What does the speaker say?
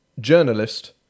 ...journalist